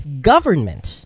government